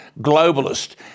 globalist